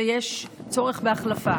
ויש צורך בהחלפה.